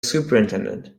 superintendent